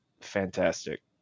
fantastic